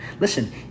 Listen